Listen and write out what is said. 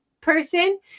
person